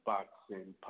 Boxing